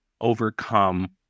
overcome